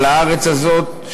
על הארץ הזאת,